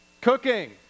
Cooking